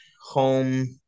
home